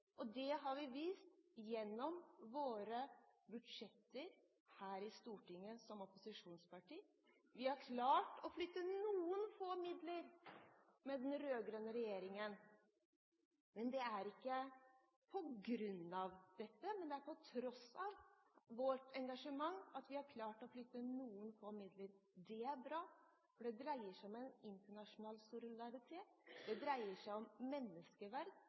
Det har vi vist gjennom våre budsjetter her i Stortinget som opposisjonsparti. Vi har klart å flytte noen få midler under den rød-grønne regjeringen. Det er ikke på tross av dette, men det er på grunn av vårt engasjement at vi har klart å flytte noen få midler. Det er bra, for det dreier seg om en internasjonal solidaritet, det dreier seg om menneskeverd.